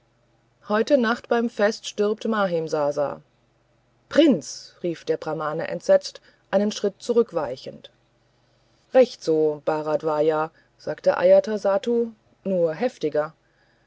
heute nacht beim fest stirbt mahimsasa prinz rief der brahmane entsetzt einen schritt zurückweichend recht so bharadvaja sagte ajatasattu nur heftiger